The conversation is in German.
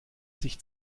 sich